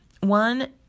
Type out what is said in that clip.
One